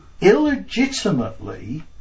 illegitimately